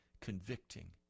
Convicting